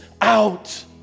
out